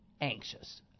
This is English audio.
anxious